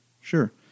Sure